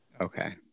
Okay